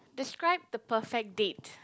describe the perfect date